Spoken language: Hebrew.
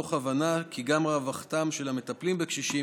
מתוך הבנה כי גם רווחתם של המטפלים בקשישים